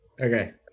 okay